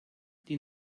die